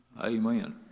Amen